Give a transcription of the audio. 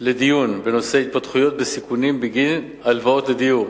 לדיון בנושא "התפתחויות בסיכונים בגין הלוואות לדיור".